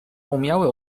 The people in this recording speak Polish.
umiały